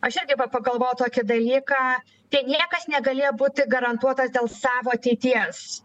aš irgi pagalvojau tokį dalyką te niekas negalėjo būti garantuotas dėl savo ateities